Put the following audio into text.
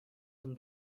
them